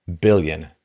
billion